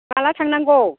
माला थांनांगौ